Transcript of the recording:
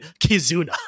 Kizuna